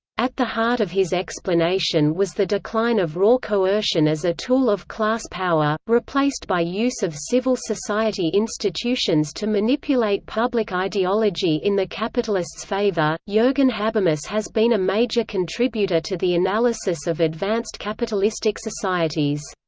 at the heart of his explanation was the decline of raw coercion as a tool of class power, replaced by use of civil society institutions to manipulate public ideology in the capitalists' favour jurgen habermas has been a major contributor to the analysis of advanced-capitalistic societies.